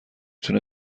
تونه